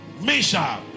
Misha